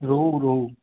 रोहु रोहु